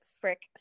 Frick